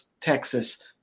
Texas